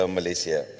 Malaysia